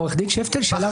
עורך הדין שפטל, שאלה.